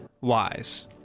Wise